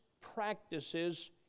practices